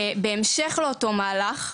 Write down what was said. ובהמשך לאותו מהלך,